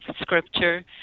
scripture